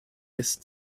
est